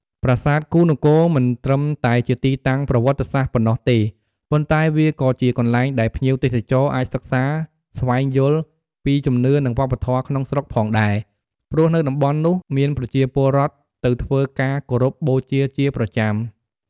ប្រាសាទគូហ៍នគរមិនត្រឹមតែជាទីតាំងប្រវត្តិសាស្ត្រប៉ុណ្ណោះទេ ប៉ុន្តែវាក៏ជាកន្លែងដែលភ្ញៀវទេសចរអាចសិក្សាស្វែងយល់ពីជំនឿនិងវប្បធម៌ក្នុងស្រុកផងដែរ ព្រោះនៅតំបន់នោះមានប្រជាពលរដ្ឋទៅធ្វើការគោរពបូជាជាប្រចាំ។